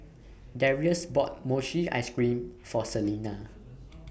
Darius bought Mochi Ice Cream For Selina